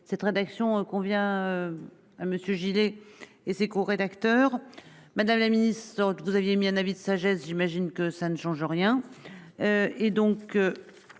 cette rédaction convient. À Monsieur Gillet et ses co-rédacteur Madame la Ministre vous aviez émis un avis de sagesse. J'imagine que ça ne change rien.